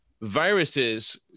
viruses